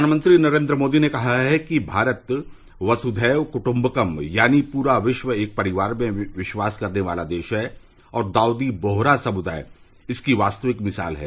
प्रधानमंत्री नरेन्द्र मोदी ने कहा है कि भारत कसुचैव कुटुंबकम यानि पूरा विश्व एक परिवार में विश्वास करने वाला देश है और दाउदी बोहरा समुदाय इसकी वास्तविक मिसाल है